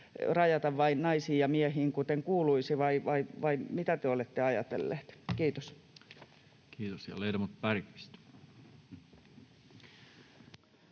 rajata vain naisiin ja miehiin, kuten kuuluisi, vai mitä te olette ajatelleet. — Kiitos.